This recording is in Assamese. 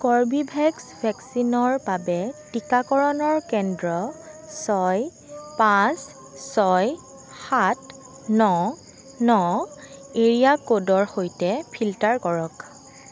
কৰ্বীভেক্স ভেকচিনৰ বাবে টীকাকৰণৰ কেন্দ্ৰ ছয় পাঁচ ছয় সাত ন ন এৰিয়া ক'ডৰ সৈতে ফিল্টাৰ কৰক